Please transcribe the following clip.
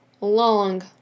long